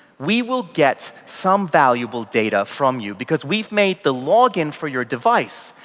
we will get some valuable data from you because we've made the log-in for your device,